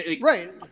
Right